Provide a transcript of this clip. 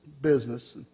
business